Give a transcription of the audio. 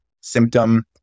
symptom